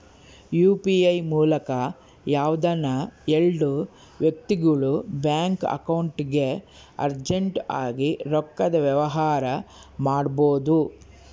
UPI ಮೂಲಕ ಯಾವ್ದನ ಎಲ್ಡು ವ್ಯಕ್ತಿಗುಳು ಬ್ಯಾಂಕ್ ಅಕೌಂಟ್ಗೆ ಅರ್ಜೆಂಟ್ ಆಗಿ ರೊಕ್ಕದ ವ್ಯವಹಾರ ಮಾಡ್ಬೋದು